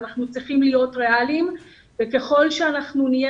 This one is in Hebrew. אנחנו צריכים להיות ריאליים וככלל שאנחנו נהיה